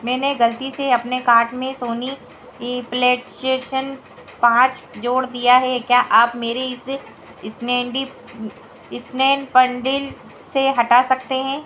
मैंने ग़लती से अपने कार्ट में सोनी प्लेटशेषन पाँच जोड़ दिया क्या आप इसे स्नैपडी स्नैनपंडिल से हटा सकते हैं